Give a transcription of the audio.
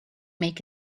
make